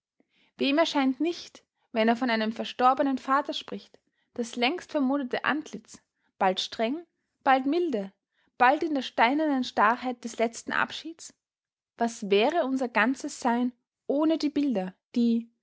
wem erscheint nicht wenn er von seinem verstorbenen vater spricht das längst vermoderte antlitz bald streng bald milde bald in der steinernen starrheit des letzten abschieds was wäre unser ganzes sein ohne die bilder die